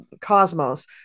cosmos